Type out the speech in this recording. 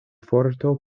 forto